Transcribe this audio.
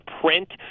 print